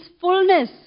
fullness